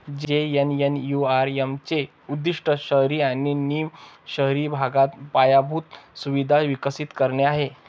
JNNURM चे उद्दीष्ट शहरी आणि निम शहरी भागात पायाभूत सुविधा विकसित करणे आहे